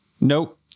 Nope